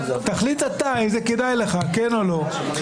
תחליט אתה אם זה כדאי לך, כן או לא.